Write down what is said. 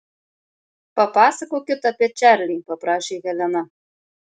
papasakokit apie čarlį paprašė helena